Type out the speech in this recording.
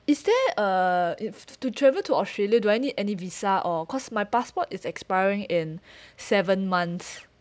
is there uh if to travel to australia do I need any visa or cause my passport is expiring in seven months